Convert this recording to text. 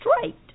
straight